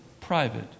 private